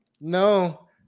no